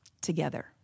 together